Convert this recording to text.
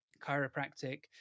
chiropractic